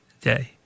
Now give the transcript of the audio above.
day